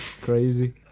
Crazy